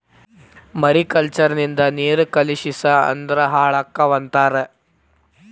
mariculture ನಿಂದ ನೇರು ಕಲುಷಿಸ ಅಂದ್ರ ಹಾಳಕ್ಕಾವ ಅಂತಾರ